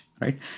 right